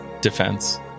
defense